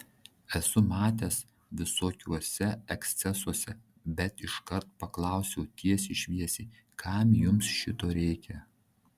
esu matęs visokiuose ekscesuose bet iškart paklausiu tiesiai šviesiai kam jums šito reikia